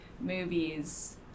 movies